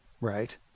Right